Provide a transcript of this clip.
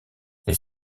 les